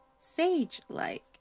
sage-like